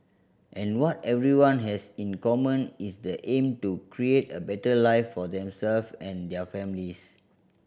and what everyone has in common is the aim to create a better life for themselves and their families